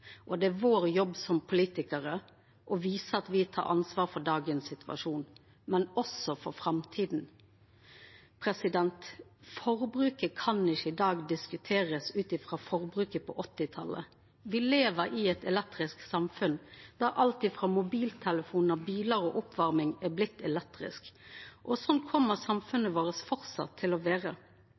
og det er vår jobb som politikarar å visa at me tek ansvar for dagens situasjon, men også for framtida. Forbruket i dag kan ikkje diskuterast ut frå forbruket på 1980-talet. Me lever i eit elektrisk samfunn der alt frå mobiltelefonar til bilar og oppvarming er blitt elektrisk. Slik kjem samfunnet vårt framleis til å